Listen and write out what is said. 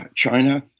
ah china,